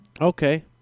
okay